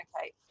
okay